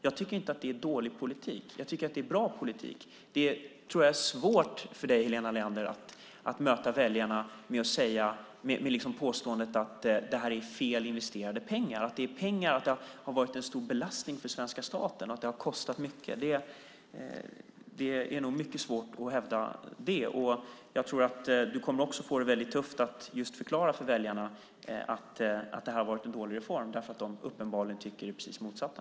Jag tycker inte att det är dålig politik. Jag tycker att det är bra politik. Jag tror att det blir svårt för dig, Helena Leander, att möta väljarna med påståendet att detta är fel investerade pengar, att det har varit en stor belastning för svenska staten och att det har kostat mycket. Det blir nog mycket svårt att hävda det. Jag tror också att du kommer att få det väldigt tufft att förklara för väljarna att det har varit en dålig reform därför att de uppenbarligen tycker det precis motsatta.